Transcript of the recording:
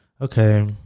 okay